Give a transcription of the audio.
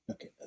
Okay